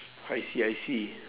I see I see